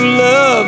love